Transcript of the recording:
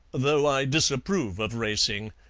though i disapprove of racing.